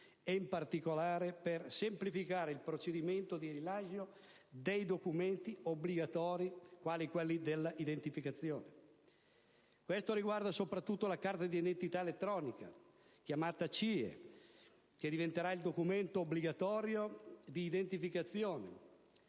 e, in particolare, per semplificare il procedimento di rilascio dei documenti obbligatori come quelli di identificazione. Ciò riguarda soprattutto la carta di identità elettronica (CIE), che diventerà il documento obbligatorio di identificazione.